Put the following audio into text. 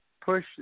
push